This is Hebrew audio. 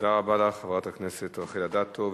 תודה רבה לך, חברת הכנסת רחל אדטו.